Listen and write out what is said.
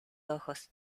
ojos